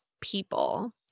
people